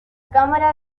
cámara